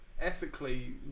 ethically